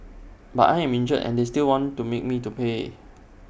but I am injured and they still want to make me to pay